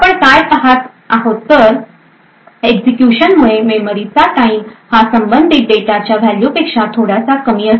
आपण काय पहात आहोत तर एक्झिक्युशन मुळे मेमरीचा टाईम हा संबंधित डेटा च्या व्हॅल्यू पेक्षा थोडासा कमी असेल